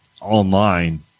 online